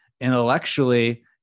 intellectually